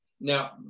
now